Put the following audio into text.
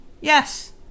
Yes